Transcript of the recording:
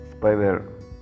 spyware